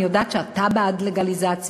אני יודעת שאתה בעד לגליזציה.